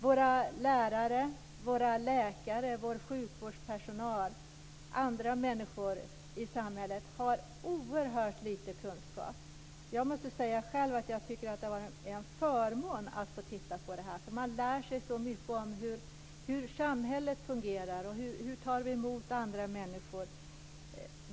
Våra lärare, våra läkare, vår sjukvårdspersonal och andra människor i samhället har oerhört lite kunskap. Jag måste själv säga att jag tycker att det är en förmån att få titta på detta, för man lär sig så mycket om hur samhället fungerar och hur vi tar emot andra människor.